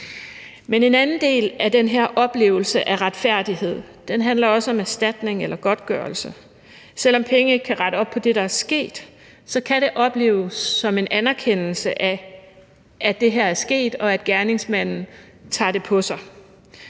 En anden del af den her oplevelse af retfærdighed handler om erstatning eller godtgørelse. Selv om penge ikke kan rette op på det, der er sket, kan det opleves som en anerkendelse af, at det her er sket, og at gerningsmanden tager det på sig.